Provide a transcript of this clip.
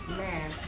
man